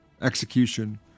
execution